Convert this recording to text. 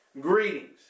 greetings